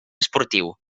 esportiu